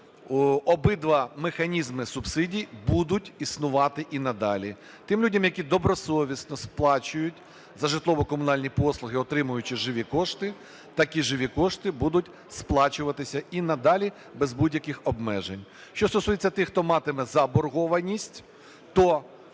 обидва механізми субсидій будуть існувати і надалі. Тим людям, які добросовісно сплачують за житлово-комунальні послуги, отримуючи живі кошти, такі живі кошти будуть сплачуватися і надалі без будь-яких обмежень. Що стосується тих, хто матиме заборгованість, то